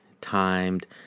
timed